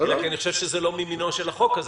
אלא כי אני חושב שזה לא ממינו של החוק הזה.